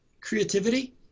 creativity